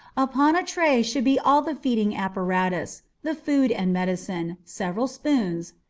upon a tray should be all the feeding apparatus the food and medicine, several spoons,